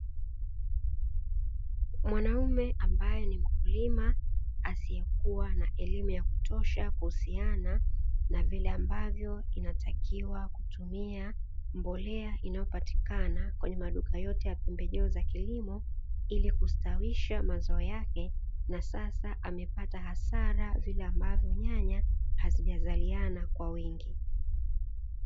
Mwanaume ambaye ni mkulima asiyekuwa na elimu ya kutosha kuhusiana na vile ambavyo inavyotakiwa kutumia mbolea inayopatikana kwenye maduka yote ya pembejeo za kilimo, ili kustawisha mazao yake na sasa amepata hasara vile ambavyo nyanya hazijazaliana kwa wingi.